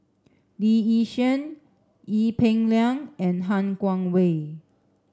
Lee Yi Shyan Ee Peng Liang and Han Guangwei